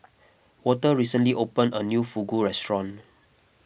Walter recently opened a new Fugu restaurant